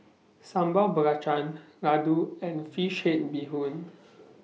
Sambal Belacan Laddu and Fish Head Bee Hoon